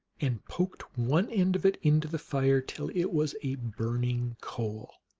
and poked one end of it into the fire till it was a burning coal.